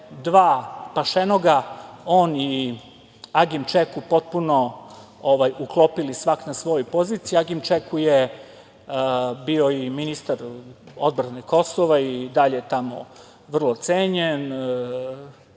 dva pašenoga, on i Agim Čeku potpuno uklopili svako na svojoj poziciji. Agim Čeku je bio i ministar odbrane Kosova i dalje je tamo vrlo cenjen.